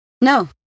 No